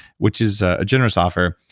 which is a generous offer.